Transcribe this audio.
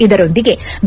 ಇದರೊಂದಿಗೆ ಬಿ